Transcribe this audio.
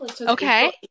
Okay